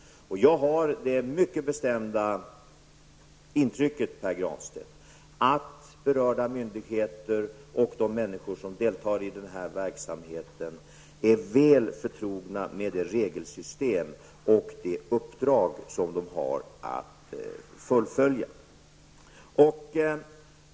Jag har det mycket bestämda intrycket, Pär Granstedt, att berörda myndigheter och de människor som deltar i den här verksamheten är väl förtrogna med det regelsystem och de uppdrag som de har att fullfölja.